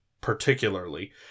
Particularly